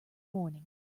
morning